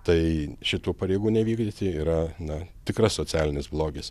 tai šitų pareigų nevykdyti yra na tikras socialinis blogis